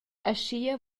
aschia